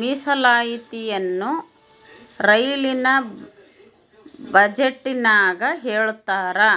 ಮೀಸಲಾತಿಯನ್ನ ರೈಲಿನ ಬಜೆಟಿನಗ ಹೇಳ್ತಾರಾ